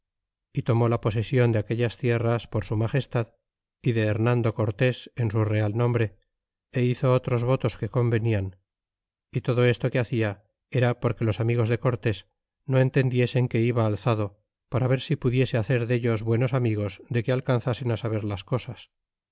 y tomó la posesion de aquellas tierras por su magestad y de hernando cortés en su real nombre é hizo otros votos que convenian y todo esto que hacia era porque los amigos de cortés no entendiesen que iba alzado para ver si pudiese hacer dellos buenos amigos de que alcanzasen saber las cosas